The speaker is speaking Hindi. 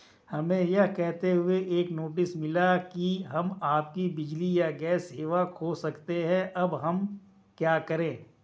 हमें यह कहते हुए एक नोटिस मिला कि हम अपनी बिजली या गैस सेवा खो सकते हैं अब हम क्या करें?